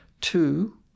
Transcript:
Two